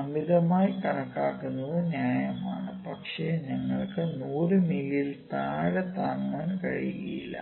അമിതമായി കണക്കാക്കുന്നത് ന്യായമാണ് പക്ഷേ ഞങ്ങൾക്ക് 100 മില്ലിയിൽ താഴെ താങ്ങാൻ കഴിയില്ല